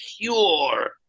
pure